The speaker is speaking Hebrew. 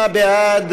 38 בעד,